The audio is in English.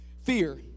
fear